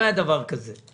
לא היה דבר כזה.